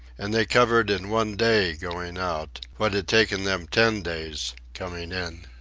and they covered in one day going out what had taken them ten days coming in.